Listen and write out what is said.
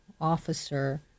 officer